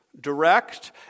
direct